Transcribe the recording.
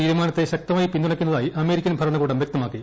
തീരുമാനത്തെ ശക്തമായി പിന്തുണയ്ക്കുന്നതായി അമേരിക്കൻ ഭരണകൂടം വൃക്തമാക്കി